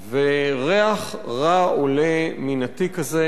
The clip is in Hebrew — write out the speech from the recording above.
וריח רע עולה מן התיק הזה.